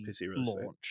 launch